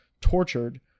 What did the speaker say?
tortured